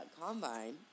combine